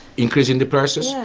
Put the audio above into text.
increase in the prices? yeah